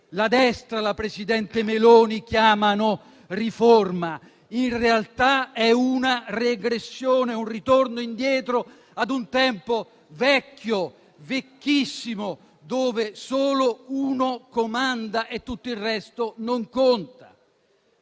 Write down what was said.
la destra e la presidente Meloni chiamano riforma. In realtà è una regressione, un ritorno indietro ad un tempo vecchio, vecchissimo, dove solo uno comanda e tutto il resto non conta.